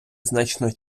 значно